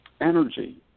energy